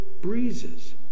breezes